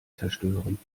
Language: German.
zerstören